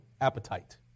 appetite